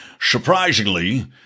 Surprisingly